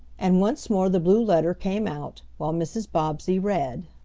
and once more the blue letter came out, while mrs. bobbsey read